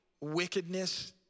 wickedness